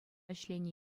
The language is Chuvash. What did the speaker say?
ӗҫленӗ